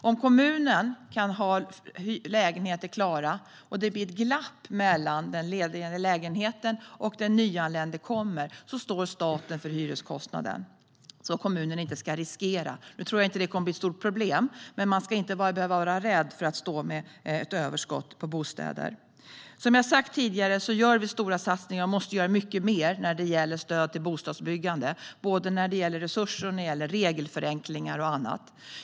Om kommunen har lägenheter klara och det blir ett glapp mellan att lägenheten är ledig och att den nyanlände kommer står staten för hyreskostnaden. Nu tror jag inte att det kommer att bli ett stort problem, men man ska inte behöva vara rädd för att stå med ett överskott av bostäder. Som jag har sagt tidigare gör vi stora satsningar, och vi måste göra mycket mer när det gäller stöd till bostadsbyggande. Det gäller resurser, regelförenklingar och annat.